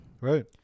Right